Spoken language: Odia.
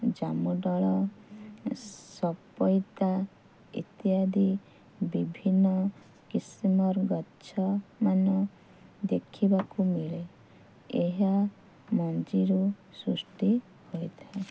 ଜାମୁଡାଳ ସପେଟା ଇତ୍ୟାଦି ବିଭିନ୍ନ କିସମର ଗଛ ମାନ ଦେଖିବାକୁ ମିଳେ ଏହା ମଞ୍ଜିରୁ ସୃଷ୍ଟି ହୋଇଥାଏ